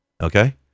Okay